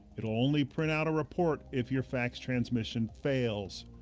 it'll only print out a report if your fax transmission fails.